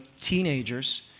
teenagers